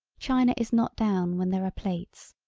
china is not down when there are plates,